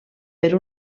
per